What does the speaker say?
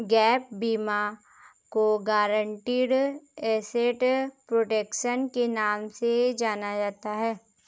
gap बीमा को guaranteed asset protection के नाम से जाना जाता है